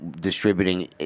distributing